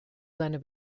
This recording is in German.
seine